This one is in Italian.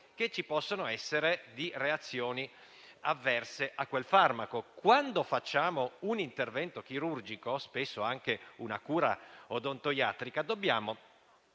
che ci possono essere di reazioni avverse a quel farmaco. Quando facciamo un intervento chirurgico, anche una cura odontoiatrica, dobbiamo